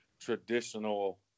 traditional